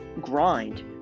grind